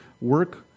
Work